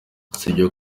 sibyo